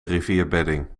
rivierbedding